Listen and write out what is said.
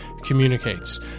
communicates